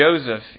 Joseph